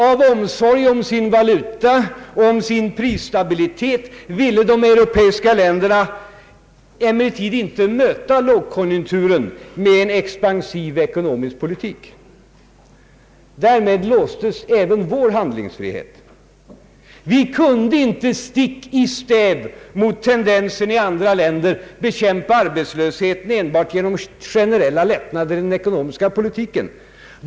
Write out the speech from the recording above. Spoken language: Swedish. Av omsorg om sin valuta och om sin prisstabilitet ville de europeiska länderna emellertid inte möta lågkonjunkturen med en expansiv ekonomisk politik. Därmed låstes även vår handlingspolitik. Vi kunde inte stick i stäv mot tendensen i andra länder bekämpa arbetslösheten enbart genom generella lättnader i den ekonomiska politiken.